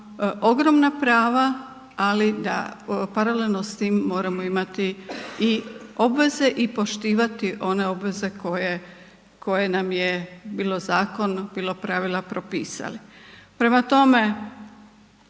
ogromna prava, ali da paralelno s tim moramo imati i obveze i poštivati one obveze koje, koje nam je bilo zakon, bilo pravila propisali. Prema tome,